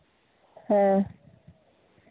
ᱦᱮᱸ